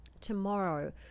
tomorrow